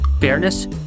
fairness